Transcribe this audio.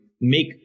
make